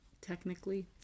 technically